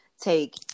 take